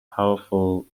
powerful